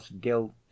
guilt